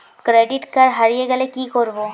Credit card হারিয়ে গেলে কি করব?